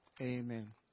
Amen